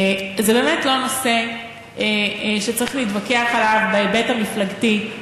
זה באמת לא נושא שצריך להתווכח עליו בהיבט המפלגתי,